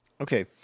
Okay